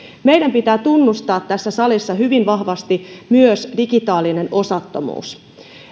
meidän pitää tunnustaa tässä salissa hyvin vahvasti myös digitaalinen osattomuus